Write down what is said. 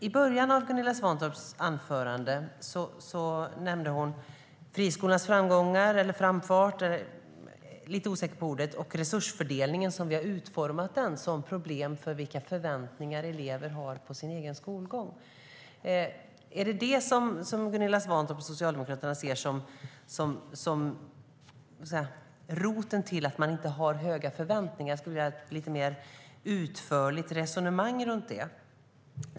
I början av sitt anförande nämnde Gunilla Svantorp friskolornas framgångar eller framfart - jag är lite osäker på ordet - och resursfördelningen så som vi har utformat den som problem när det gäller vilka förväntningar elever har på sin egen skolgång. Är det detta som Gunilla Svantorp och Socialdemokraterna ser som roten till att de inte har höga förväntningar? Jag skulle vilja höra ett lite mer utförligt resonemang om det.